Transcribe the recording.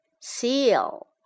Seal